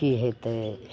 कि हेतै